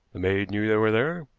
the maid knew they were there?